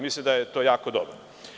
Mislim da je to jako dobre.